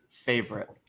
Favorite